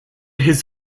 his